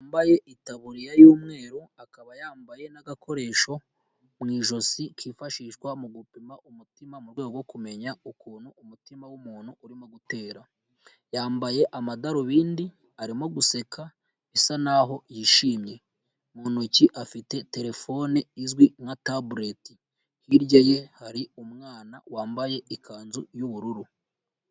Umugabo wambaye itaburiya y'umweru akaba yambaye n'agakoresho mu ijosi kifashishwa mu gupima umutima mu rwego rwo kumenya ukuntu umutima w'umuntu urimo gutera, yambaye amadarubindi arimo guseka bisa naho yishimye, mu ntoki afite telefone izwi nka tabureti, hirya ye hari umwana wambaye ikanzu y'ubururu.